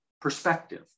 perspective